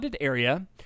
area